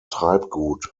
treibgut